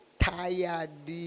tired